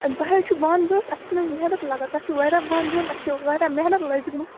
تۄہے چھُو بانہٕ ضوٚرتھ اَسہِ چھِ نہٕ حظ محنت لگان تۄہہِ چھُو وارِیاہ بانہٕ ضوٚرَتھ اَسہِ چھِ وارِیاہ محنت لٔجمٕژ